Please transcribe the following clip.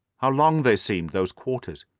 how long they seemed, those quarters!